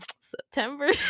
september